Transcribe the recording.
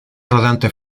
rodante